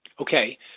Okay